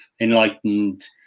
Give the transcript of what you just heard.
enlightened